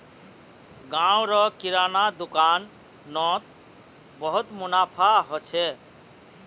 गांव र किराना दुकान नोत बहुत मुनाफा हो छे